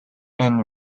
and